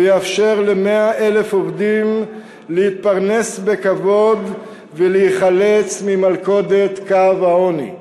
ויאפשר ל-100,000 עובדים להתפרנס בכבוד ולהיחלץ ממלכודת קו העוני.